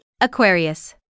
Aquarius